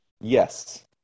Yes